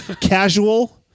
casual